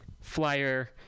flyer